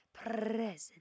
Present